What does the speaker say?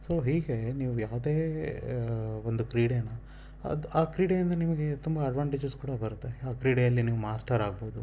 so ಹೀಗೇ ನೀವು ಯಾವುದೇ ಒಂದು ಕ್ರೀಡೇನ ಅದು ಆ ಕ್ರೀಡೆಯಿಂದ ನಿಮಗೆ ತುಂಬ ಅಡ್ವಾಂಟೇಜಸ್ ಕೂಡ ಬರುತ್ತೆ ಆ ಕ್ರೀಡೆಯಲ್ಲಿ ನೀವು ಮಾಸ್ಟರಾಗ್ಬೋದು